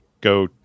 go